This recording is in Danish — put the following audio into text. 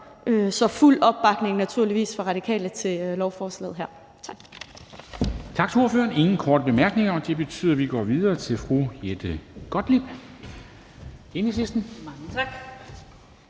fuld opbakning fra Radikale til lovforslaget her. Tak.